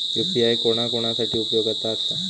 UPI कोणा कोणा साठी उपयोगाचा आसा?